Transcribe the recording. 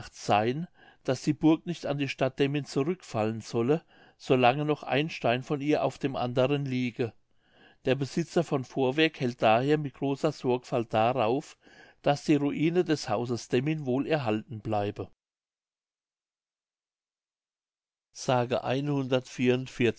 seyn daß die burg nicht an die stadt demmin zurückfallen solle so lange noch ein stein von ihr auf dem anderen liege der besitzer von vorwerk hält daher mit großer sorgfalt darauf daß die ruine des hauses demmin wohl erhalten bleibe